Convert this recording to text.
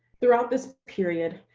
throughout this period,